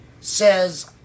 says